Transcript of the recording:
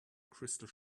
crystal